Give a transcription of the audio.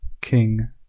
King